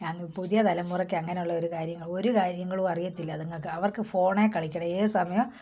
പുതിയ തലമുറയ്ക്ക് അങ്ങനെ ഉള്ളൊരു കാര്യങ്ങൾ ഒരു കാര്യങ്ങളും അറിയത്തില്ല അതുങ്ങക്ക് അവർക്ക് ഫോണിൽ കളിക്കണം ഏതു സമയവും